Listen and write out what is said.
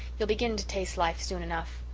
you'll begin to taste life soon enough.